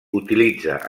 utilitza